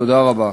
תודה רבה.